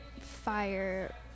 Fire